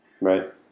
Right